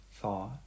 thought